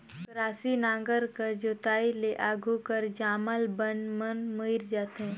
अकरासी नांगर कर जोताई ले आघु कर जामल बन मन मइर जाथे